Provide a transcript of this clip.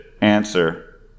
answer